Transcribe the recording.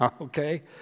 okay